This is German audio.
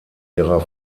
ihrer